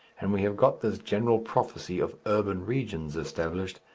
and we have got this general prophecy of urban regions established,